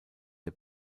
der